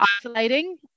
isolating